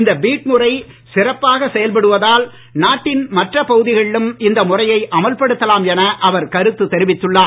இந்த பீட் முறை சிறப்பாக செயல்படுவதால் நாட்டின் மற்ற பகுதிகளிலும் இந்த முறையை அமல்படுத்தலாம் என அவர் கருத்து தெரிவித்துள்ளார்